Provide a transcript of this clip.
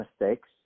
mistakes